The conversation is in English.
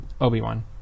Obi-Wan